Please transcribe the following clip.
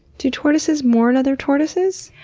do tortoises mourn other tortoises?